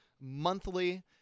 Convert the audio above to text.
monthly